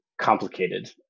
complicated